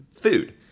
Food